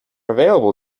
available